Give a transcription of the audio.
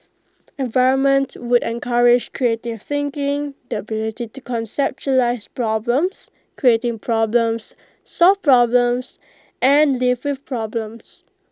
environment would encourage creative thinking the ability to conceptualise problems create problems solve problems and live with problems